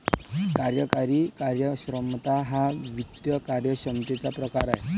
कार्यकारी कार्यक्षमता हा वित्त कार्यक्षमतेचा प्रकार आहे